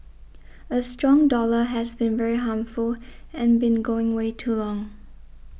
a strong dollar has been very harmful and been going way too long